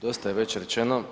Dosta je već rečeno.